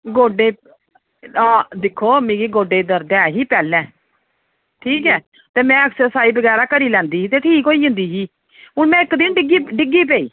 गोड्डे आह् दिक्खो मिगी गोड्डे गी दर्द ए ही पैह्ले ठीक ऐ ते मैं ऐक्सरसाइज बगैरा करी लैंदी ही ठीक होई जंदी ही ते हून मैं एक दिन डिग्गी डिग्गी पेई